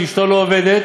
שאשתו לא עובדת.